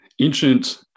ancient